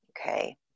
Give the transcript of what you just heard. Okay